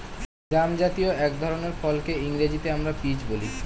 জামজাতীয় এক ধরনের ফলকে ইংরেজিতে আমরা পিচ বলি